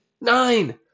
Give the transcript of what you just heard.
Nine